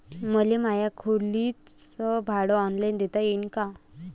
मले माया खोलीच भाड ऑनलाईन देता येईन का?